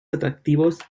atractivos